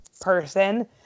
person